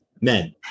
men